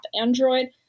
android